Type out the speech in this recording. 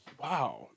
Wow